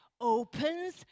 opens